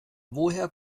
woher